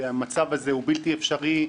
המצב הזה הוא בלתי אפשרי,